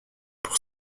pour